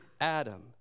Adam